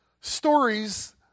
stories